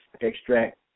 extract